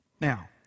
Now